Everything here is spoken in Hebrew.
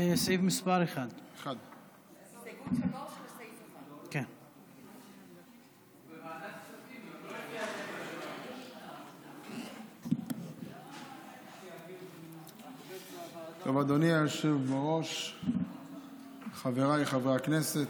סעיף מס' 1. אדוני היושב בראש, חבריי חברי הכנסת,